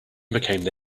became